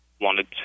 wanted